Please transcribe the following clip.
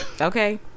Okay